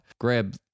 grab